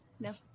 No